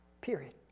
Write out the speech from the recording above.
Period